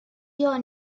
your